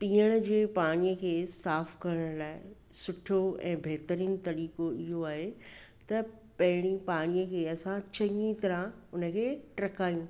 पीअण जे पाणीअ खे साफ़ु करण लाइ सुठो ऐं बेहतरीन तरीक़ो इहो आहे त पहिरीं पाणीअ खे असां चङी तरह उनखे टहकायूं